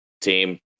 team